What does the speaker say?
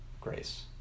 grace